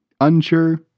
unsure